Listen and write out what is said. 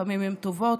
לפעמים הן טובות,